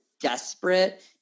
desperate